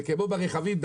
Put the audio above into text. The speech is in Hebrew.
זה כמו ברכבים.